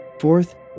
Fourth